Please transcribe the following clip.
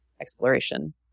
exploration